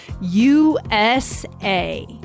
USA